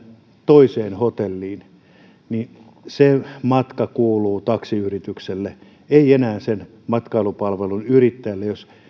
toiseen hotelliin niin se matka kuuluu taksiyritykselle ei enää sen matkailupalvelun yrittäjälle jos